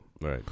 right